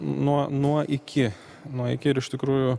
nuo nuo iki nu iki ir iš tikrųjų